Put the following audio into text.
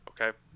okay